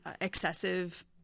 excessive